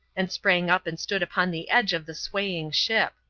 and sprang up and stood upon the edge of the swaying ship.